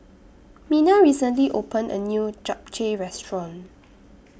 Mena recently opened A New Japchae Restaurant